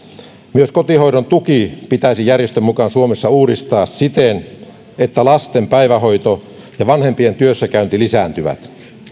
myös kotihoidon tuki pitäisi järjestön mukaan suomessa uudistaa siten että lasten päivähoito ja vanhempien työssäkäynti lisääntyvät